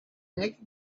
next